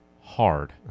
hard